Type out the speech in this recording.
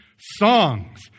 Songs